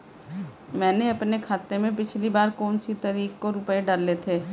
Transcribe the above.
मैंने अपने खाते में पिछली बार कौनसी तारीख को रुपये डाले थे?